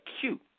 cute